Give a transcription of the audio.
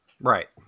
Right